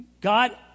God